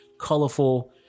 colorful